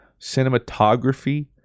Cinematography